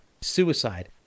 suicide